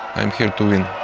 i'm here to win